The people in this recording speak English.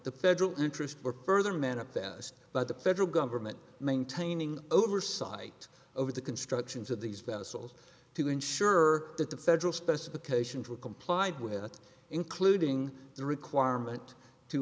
the federal interest were further manifest by the federal government maintaining oversight over the constructions of these vessels to ensure that the federal specifications were complied with including the requirement to